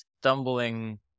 stumbling